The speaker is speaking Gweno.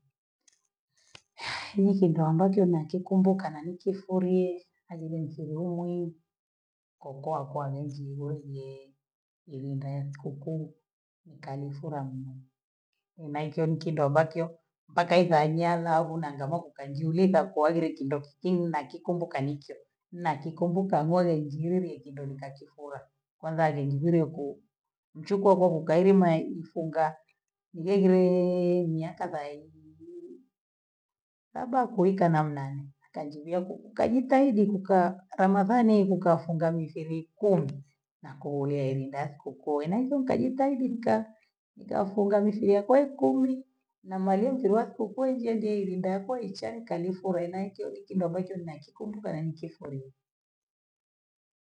Mi nkitu ambacho nakikumbuka na ikifurie aizie nkile umwi koko akwa renji ruvyee ilinda enkuku nikalifulamu na hicho ni kitu ambakyo mpaka imanya lavu na ngama kukanjulie itakuwaje ile kindo kikii nakikumbuka nikyo, nakikumbuka moyo njilye kidonika kifua, kwanza ajenjivile ku mchupoko mkaeli mai mfunga, vilevilee miaka zaa labda kuwika namnani akanjivyaku kuvuka jitahidi kukaa, Ramadhani iku kafunga mifiri kumu na kuulia enda sikukuu enazo ntajitahidi nika- nikafunga nusu yakwe kumi na malezilwa ku kwenje ndili nda kwecha nikalifula na ikiwa hiki ndo ambacho nakikumbuka na nikifurie.